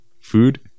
Food